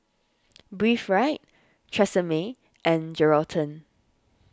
Breathe Right Tresemme and Geraldton